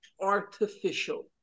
artificial